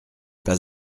pas